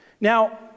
Now